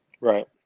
Right